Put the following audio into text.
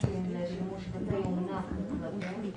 הסטודנטים לשימוש בתי אומנה לכלבים.